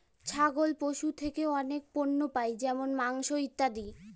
ছাগল পশু থেকে অনেক পণ্য পাই যেমন মাংস, ইত্যাদি